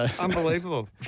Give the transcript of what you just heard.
Unbelievable